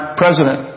president